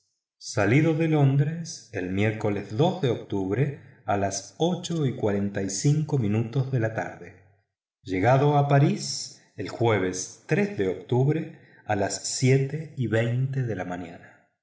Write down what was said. salida de londres el miércoles de octubre a las ocho y cuarenta y cinco minutos de la tarde llegada a parís el jueves de octubre a las siete y veinte de la mañana